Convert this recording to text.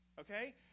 okay